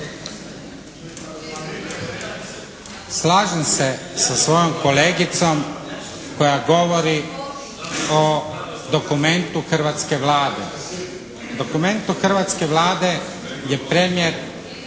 Slažem se sa svojom kolegicom koja govori o dokumentu hrvatske Vlade, dokumentu hrvatske Vlade gdje premijer